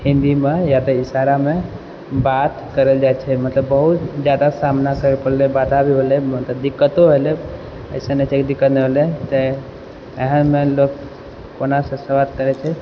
हिन्दीमे या तऽ इशारामे बात करल जाइ छै मतलब बहुत जादा सामना करै पड़लै वाधा भी पड़लै दिक्कतो भेलै अइसन नहि छै कि दिक्कत नहि भेलै तऽ एहेन लोक शुरुआत करै छै